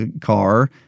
car